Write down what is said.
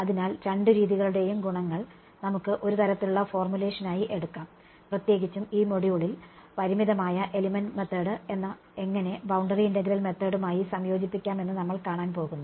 അതിനാൽ രണ്ട് രീതികളുടേയും ഗുണങ്ങൾ നമുക്ക് ഒരു തരത്തിലുള്ള ഫോർമുലേഷനായി എടുക്കാം പ്രത്യേകിച്ചും ഈ മൊഡ്യൂളിൽ പരിമിതമായ എലമെന്റ് മെത്തേഡ് എങ്ങനെ ബൌണ്ടറി ഇന്റഗ്രൽ മെത്തേഡുമായി സംയോജിപ്പിക്കാമെന്ന് നമ്മൾ കാണാൻ പോകുന്നു